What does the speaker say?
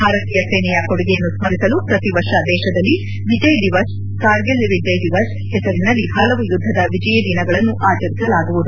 ಭಾರತೀಯ ಸೇನೆಯ ಕೊಡುಗೆಯನ್ನು ಸ್ಟುರಿಸಲು ಪ್ರತಿವರ್ಷ ದೇಶದಲ್ಲಿ ವಿಜಯ್ ದಿವಸ್ ಕಾಗಿಲ್ ವಿಜಯ್ ದಿವಸ್ ಹೆಸರಿನಲ್ಲಿ ಹಲವು ಯುದ್ದದ ವಿಜಯಿ ದಿನಗಳನ್ನು ಆಚರಿಸಲಾಗುವುದು